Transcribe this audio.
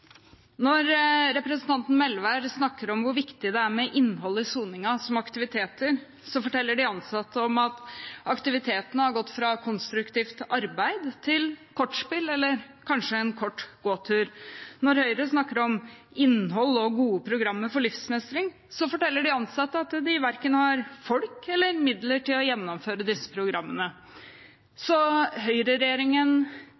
Når representanten Melvær snakker om hvor viktig det er med innhold i soningen, som f.eks. aktiviteter, forteller de ansatte at aktivitetene har gått fra konstruktivt arbeid til kortspill – eller kanskje en kort gåtur. Når Høyre snakker om innhold og gode programmer for livsmestring, forteller de ansatte at de har verken folk eller midler til å gjennomføre disse programmene. Så høyreregjeringen har ingen